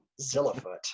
zillafoot